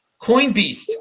Coinbeast